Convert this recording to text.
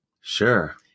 Sure